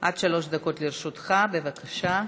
עד שלוש לרשותך, בבקשה.